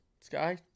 Sky